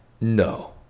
No